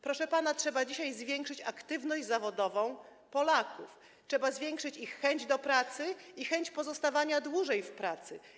Proszę pana, trzeba dzisiaj zwiększyć aktywność zawodową Polaków, trzeba zwiększyć ich chęć do pracy i chęć pozostawania dłużej w pracy.